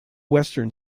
western